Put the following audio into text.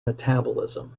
metabolism